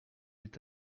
est